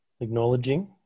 acknowledging